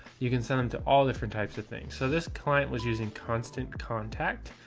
you can send them to all different types of things. so this client was using constant contact,